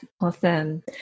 Awesome